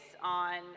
on